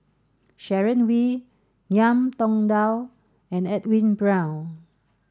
Sharon Wee Ngiam Tong Dow and Edwin Brown